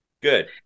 good